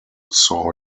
saw